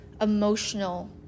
emotional